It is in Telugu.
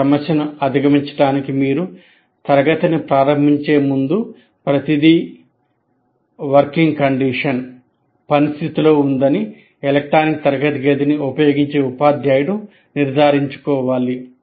ఈ సమస్యను అధిగమించడానికి మీరు తరగతిని ప్రారంభించే ముందు ప్రతిదీ పని స్థితిలో ఉందని ఎలక్ట్రానిక్ తరగతి గదిని ఉపయోగించే ఉపాధ్యాయుడు నిర్ధారించుకోవాలి